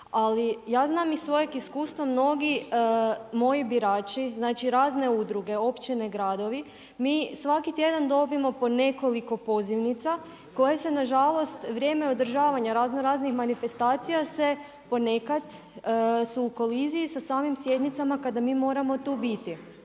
Ali ja znam iz svojeg iskustva, mnogi moji birači, znači razne udruge, općine, gradovi, mi svaki tjedan dobijemo po nekoliko pozivnica koje se nažalost vrijeme održavanja razno raznih manifestacija se ponekad, su u koliziji sa samim sjednicama kada mi moramo tu biti.